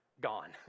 gone